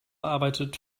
arbeitet